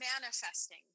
manifesting